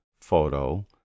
photo